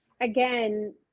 again